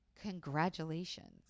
congratulations